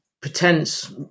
pretense